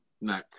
No